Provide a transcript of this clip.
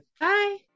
Bye